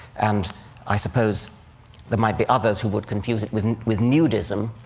and i suppose there might be others who would confuse it with with nudism.